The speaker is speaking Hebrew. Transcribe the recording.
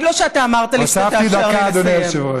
תגיד לו שאתה אמרת לי שתאפשר לי לסיים.